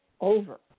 over